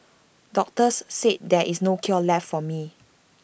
doctors said there is no cure left for me